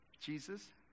Jesus